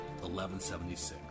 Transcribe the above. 1176